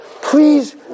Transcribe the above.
Please